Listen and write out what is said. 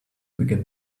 begin